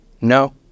No